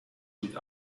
with